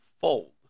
fold